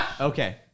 Okay